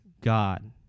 God